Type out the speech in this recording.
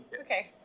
Okay